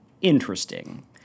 Interesting